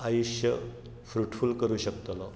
आयुश्य फ्रुटफूल करूं शकतलो